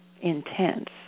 intense